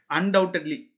Undoubtedly